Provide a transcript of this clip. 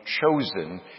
Chosen